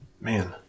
Man